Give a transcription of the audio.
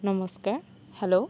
নমস্কাৰ হেল্ল'